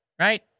right